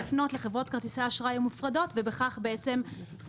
לפנות לחברות כרטיסי האשראי נפרדות ובכך יגדיל